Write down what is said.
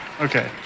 Okay